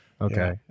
Okay